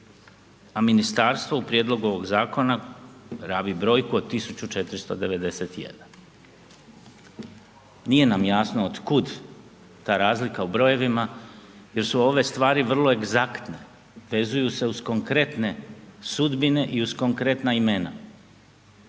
a ministarstvo u prijedlogu ovoga zakona rabi brojku od 1491. Nije nam jasno otkud ta razlika u brojevima jer su ove stvari vrlo egzaktne, vezuju se uz konkretne sudbine i uz konkretna imena.